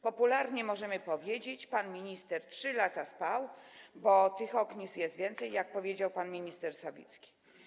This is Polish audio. Popularnie możemy powiedzieć, pan minister 3 lata spał, bo tych ognisk jest więcej, jak powiedział pan minister Sawicki.